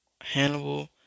Hannibal